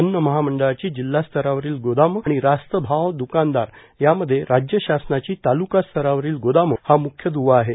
अन्न महामंडळाची जिल्हा स्तरावरील गोदामे आणि रास्त भाव द्कानदार यांमध्ये राज्य शासनाची तालुका स्तरावरील गोदामे हा मुख्य द्वा आहे